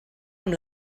amb